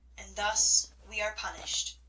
and thus we are punished.